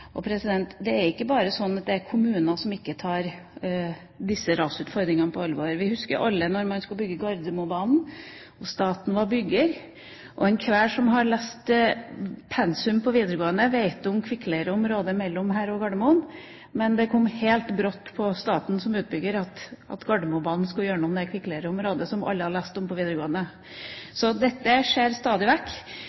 Det er ikke bare kommuner som ikke tar disse rasutfordringene på alvor. Vi husker alle da man skulle bygge Gardermobanen og staten var utbygger. Enhver som har lest pensum på videregående, vet om kvikkleireområdet mellom Oslo og Gardermoen. Men det kom brått på staten som utbygger at Gardermobanen skulle gjøre noe med det kvikkleireområdet som alle har lest om på videregående.